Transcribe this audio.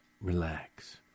Relax